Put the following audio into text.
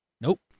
Nope